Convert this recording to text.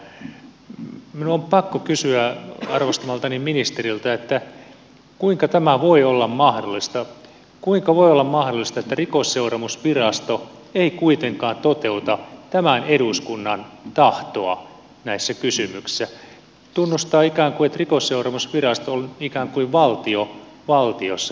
minun on pakko kysyä arvostamaltani ministeriltä kuinka voi olla mahdollista että rikosseuraamusvirasto ei kuitenkaan toteuta tämän eduskunnan tahtoa näissä kysymyksissä tunnustetaan ikään kuin että rikosseuraamusvirasto on ikään kuin valtio valtiossa